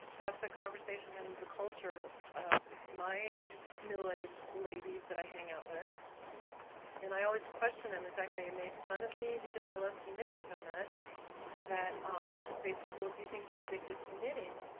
that's a conversation in the culture of my middle aged ladies that i hang out with and i always question and, in fact, they made fun of me because i love to knit so much that um they said, well, do you think you're addicted to knitting?